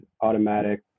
automatic